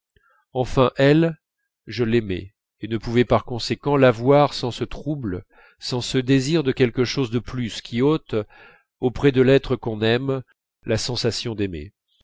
enfin elle je l'aimais et ne pouvais pas par conséquent la voir sans ce trouble sans ce désir de quelque chose de plus qui ôte auprès de l'être qu'on aime la sensation d'aimer